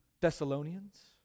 Thessalonians